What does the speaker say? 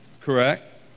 Correct